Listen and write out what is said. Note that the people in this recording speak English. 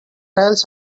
else